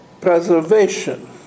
preservation